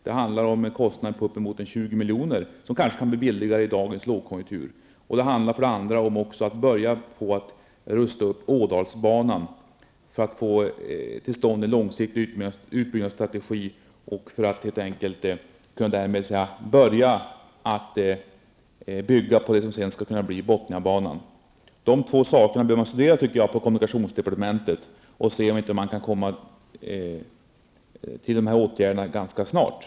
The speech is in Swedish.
Det handlar om en kostnad på uppemot 20 miljoner -- det kan bli billigare i dagens lågkonjunktur. Det andra är att börja rusta upp Ådalsbanan för att få till stånd en långsiktig uppbyggnadsstrategi och för att därefter helt enkelt kunna börja att bygga på det som sedan skall kunna bli Bothniabanan. Dessa två saker behöver man studera på kommunikationsdepartementet och se om man kan vidta åtgärder ganska snart.